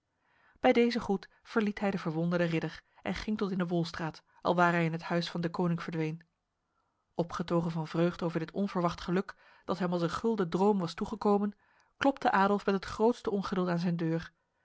bij deze groet verliet hij de verwonderde ridder en ging tot in de wolstraat alwaar hij in het huis van deconinck verdween opgetogen van vreugd over dit onverwacht geluk dat hem als een gulden droom was toegekomen klopte adolf met het grootste ongeduld aan zijn deur